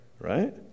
Right